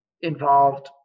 involved